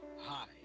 Hi